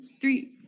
three